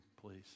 please